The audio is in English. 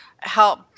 help